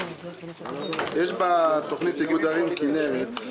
בתוכנית איגוד ערים כנרת,